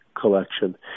collection